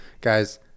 guys